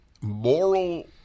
moral